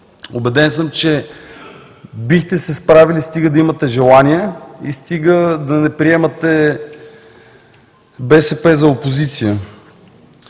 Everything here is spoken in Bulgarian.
Убеден съм, че бихте се справили стига да имате желание и стига да не приемате БСП за опозиция.